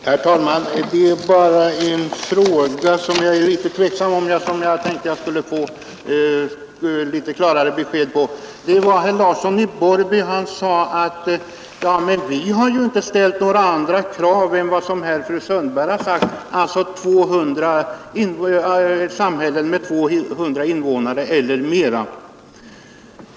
Herr talman! Det är bara en fråga som jag är något tveksam om och som jag tänkte att jag skulle få lite klarare besked om. Herr Larsson i Borrby sade att man inte ställt några andra krav än vad fru Sundberg sagt, alltså att det skulle gälla samhällen med 200 invånare eller mera.